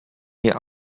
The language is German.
mir